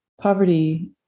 poverty